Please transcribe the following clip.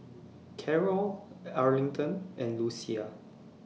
Carrol Arlington and Lucia